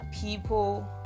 people